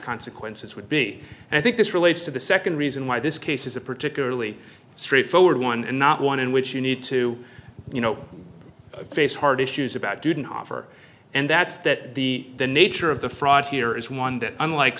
consequences would be and i think this relates to the second reason why this case is a particularly straightforward one and not one in which you need to you know face hard issues about didn't offer and that's that the the nature of the fraud here is one that unlike